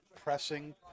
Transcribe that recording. pressing